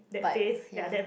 but ya